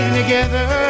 together